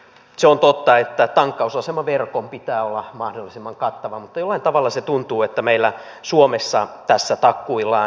se on totta että tankkausasemaverkon pitää olla mahdollisimman kattava mutta jollain tavalla tuntuu että meillä suomessa tässä takkuillaan